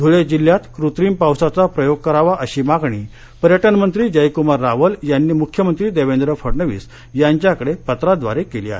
धळे जिल्ह्यात कृत्रिम पावसाचा प्रयोग करावा अशी मागणी पर्यटन मंत्री जयक्मार रावल यांनी मुख्यमंत्री देवेंद्र फडणवीस यांच्याकडे पत्राद्वारे केली आहे